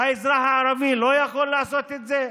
האזרח הערבי לא יכול לעשות את זה?